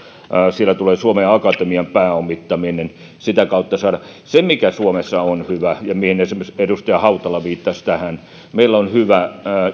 siellä tulee suomen akatemian pääomittaminen sitä kautta se mikä suomessa on hyvä ja mihin esimerkiksi edustaja hautala viittasi on se että meillä on hyvä